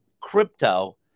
crypto